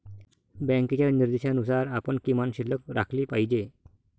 बँकेच्या निर्देशानुसार आपण किमान शिल्लक राखली पाहिजे